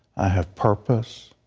have purpose